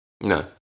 No